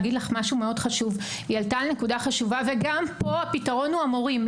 היא העלתה נקודה חשובה וגם פה הפתרון הוא המורים,